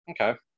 Okay